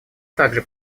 также